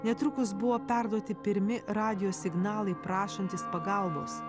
netrukus buvo perduoti pirmi radijo signalai prašantys pagalbos